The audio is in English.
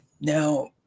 Now